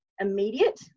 immediate